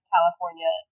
California